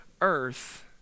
earth